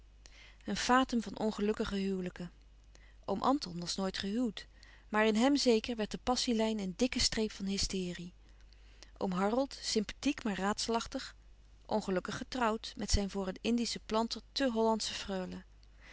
een fatum van ongelukkige huwelijken oom anton was nooit gehuwd maar in hem zeker werd de passie lijn een dikke streep van hysterie oom harold sympathiek maar raadselachtig ongelukkig getrouwd met zijn voor een indischen planter tè hollandsche freule